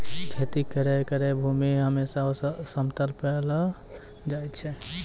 खेती करै केरो भूमि हमेसा समतल पैलो जाय छै